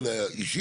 אין לך בעיה,